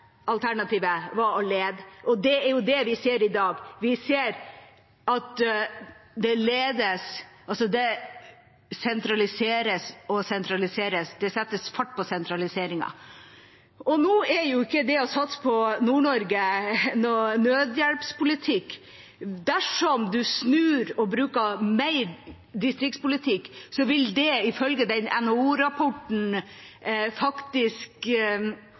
som var da, og det tredje alternativet var å lede. Det er jo det vi ser i dag. Vi ser at det sentraliseres og sentraliseres – det settes fart på sentraliseringen. Nå er ikke det å satse på Nord-Norge noen nødhjelpspolitikk. Dersom man snur og har mer distriktspolitikk, vil det ifølge